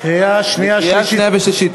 בקריאה שנייה ושלישית.